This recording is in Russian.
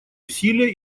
усилия